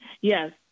Yes